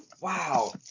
Wow